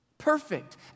perfect